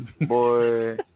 boy